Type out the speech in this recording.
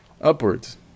upwards